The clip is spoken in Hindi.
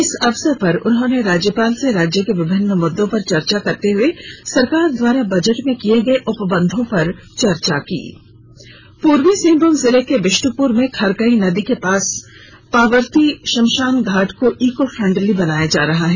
इस अवसर पर उन्होंने राज्यपाल से राज्य के विभिन्न मुद्दों पर चर्चा करते हुए सरकार द्वारा बजट में किये गये उपबंधों पर चर्चा की पूर्वी सिंहभूम जिले के बिष्टुपर में खरकई नदी के पास पावर्ती श्मशान घाट को इको फ्रेंडली बनाया जा रहा है